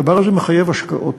הדבר הזה מחייב השקעות.